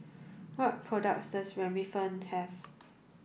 what products does Remifemin have